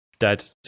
dead